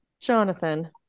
Jonathan